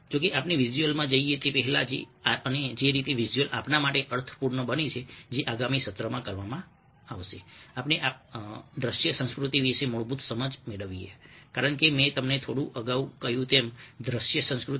જો કે આપણે વિઝ્યુઅલમાં જઈએ તે પહેલાં અને જે રીતે વિઝ્યુઅલ આપણા માટે અર્થપૂર્ણ બને છે જે આગામી સત્રમાં કરવામાં આવશે આપણે આપણે દ્રશ્ય સંસ્કૃતિ વિશે મૂળભૂત સમજ મેળવીએ કારણ કે મેં તમને થોડું અગાઉ કહ્યું તેમ દ્રશ્ય સંસ્કૃતિ